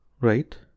right